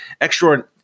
extra